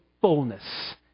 fullness